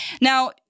Now